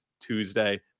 Tuesday